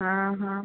हाँ हाँ